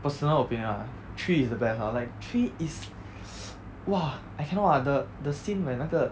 personal opinion ah three is the best ah like three is !wah! I cannot lah the the scene when 那个